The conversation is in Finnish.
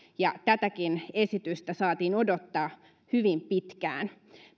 ja tätäkin esitystä saatiin odottaa hyvin pitkään